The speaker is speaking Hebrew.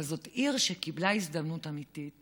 אבל זאת עיר שקיבלה הזדמנות אמיתית